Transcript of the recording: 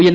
N